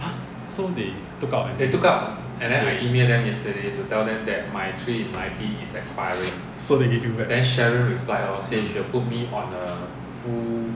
!huh! so they took out then they gave you back